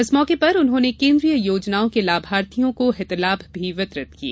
इस मौके पर उन्होंने केन्द्रीय योजनाओं के लाभार्थियों को हित लाभ भी वितरित किये